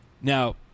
Now